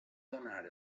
donar